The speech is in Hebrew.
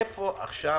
איפה עכשיו